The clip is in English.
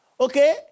okay